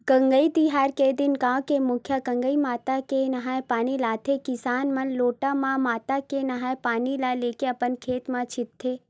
गंगई तिहार के दिन गाँव के मुखिया गंगई माता के नंहाय पानी लाथे किसान मन लोटा म माता के नंहाय पानी ल लेके अपन खेत म छींचथे